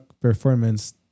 performance